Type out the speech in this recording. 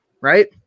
right